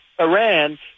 Iran